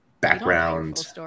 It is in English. background